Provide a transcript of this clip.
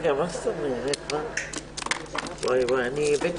אני חושבת